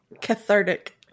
cathartic